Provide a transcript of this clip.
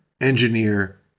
engineer